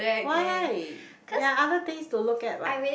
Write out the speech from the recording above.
why there are other things to look at what